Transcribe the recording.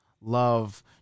love